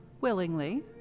willingly